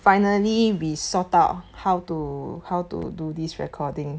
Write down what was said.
finally we sort out how to how to do this recording